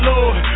Lord